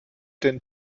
den